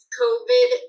covid